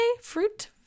fruit